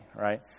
right